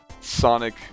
Sonic